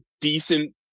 decent